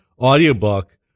audiobook